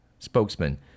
Spokesman